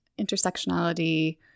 intersectionality